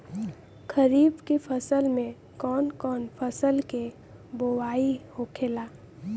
खरीफ की फसल में कौन कौन फसल के बोवाई होखेला?